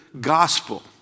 gospel